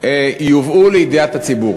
יובאו לידיעת הציבור,